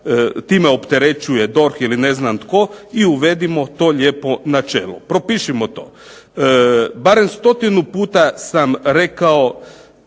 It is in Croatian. time opterećuje DORH ili ne znam tko i uvedimo to lijepo načelo, propišimo to. Barem stotinu puta sam rekao